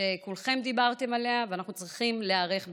כולכם דיברתם עליה, ואנחנו צריכים להיערך בהתאם.